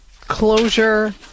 closure